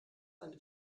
eine